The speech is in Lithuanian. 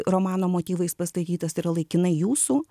romano motyvais pastatytas tai yra laikinai jūsų